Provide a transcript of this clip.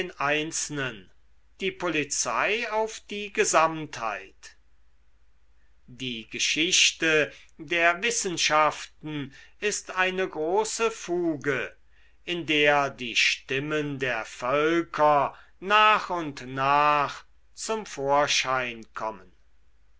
einzelnen die polizei auf die gesamtheit die geschichte der wissenschaften ist eine große fuge in der die stimmen der völker nach und nach zum vorschein kommen